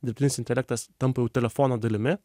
dirbtinis intelektas tampa jau telefono dalimi